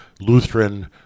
Lutheran